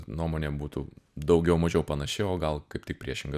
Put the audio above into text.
nuomonė būtų daugiau mažiau panaši o gal kaip tik priešinga